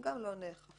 גם לא נאכפות.